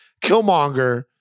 Killmonger